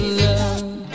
love